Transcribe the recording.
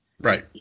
Right